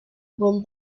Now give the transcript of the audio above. when